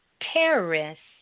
terrorists